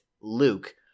luke